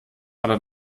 aber